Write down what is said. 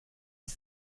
sie